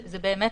ובאמת,